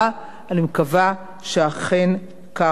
אני מקווה שאכן כך יהיה.